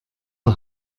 der